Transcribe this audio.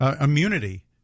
immunity